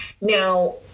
Now